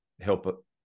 help